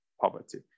poverty